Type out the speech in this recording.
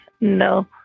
No